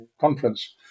conference